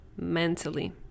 mentally